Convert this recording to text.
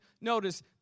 notice